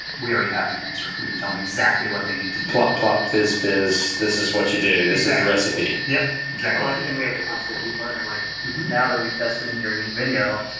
we already have the answer. we can tell them exactly what they need to do. plop, plop, fizz, fizz, this is what you do. this is the recipe. yep, exactly. and we have to constantly keep learning. like now that we've tested in your neat video,